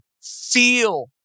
feel